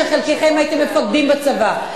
שחלקכם הייתם מפקדים בצבא,